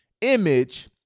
image